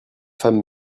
femmes